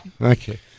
Okay